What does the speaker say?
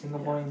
yeah